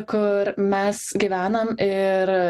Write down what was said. kur mes gyvenam ir